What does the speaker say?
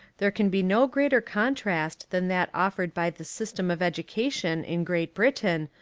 there can be no greater contrast than that offered by the system of education in great britain,